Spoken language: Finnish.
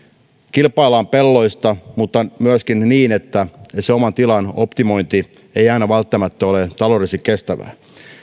kilpaillaan pelloista mutta myöskin niin että oman tilan optimointi ei aina välttämättä ole taloudellisesti kestävää